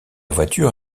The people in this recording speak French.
voiture